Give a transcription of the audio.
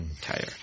Tired